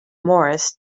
morris